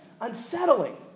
unsettling